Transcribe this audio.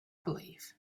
believe